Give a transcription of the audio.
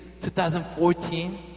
2014